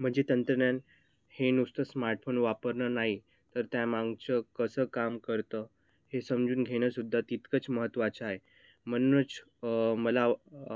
म्हणजे तंत्रज्ञान हे नुसतं स्मार्टफोन वापरणं नाही तर त्या मागचं कसं काम करतं हे समजून घेणंसुद्धा तितकंच महत्त्वाचं आहे म्हणूनच मला